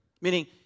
meaning